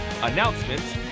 Announcements